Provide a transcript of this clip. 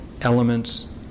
elements